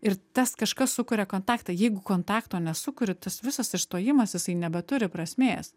ir tas kažkas sukuria kontaktą jeigu kontakto nesukuri tas visas išstojimas jisai nebeturi prasmės